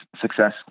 success